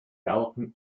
tauchen